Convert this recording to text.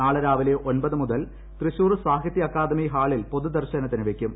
നാളെ രാവിലെ ഒൻപത് മുതൽ തൃശൂർ സാഹിത്യ അക്കാദമി ഹാളിൽ പൊതുദർശനത്തിന് വയ്ക്കും